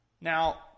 Now